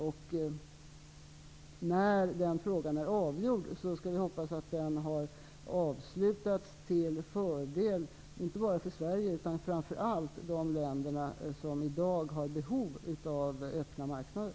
När frågan om frihandeln är avgjord får vi hoppas att den avslutats till fördel inte bara för Sverige utan också, och framför allt, för de länder som i dag har behov av öppna marknader.